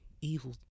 evil